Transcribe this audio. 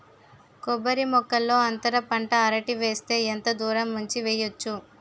కొబ్బరి మొక్కల్లో అంతర పంట అరటి వేస్తే ఎంత దూరం ఉంచి వెయ్యొచ్చు?